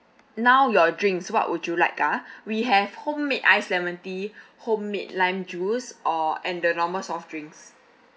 now your drinks what would you like ah we have homemade ice lemon tea homemade lime juice or and the normal soft drinks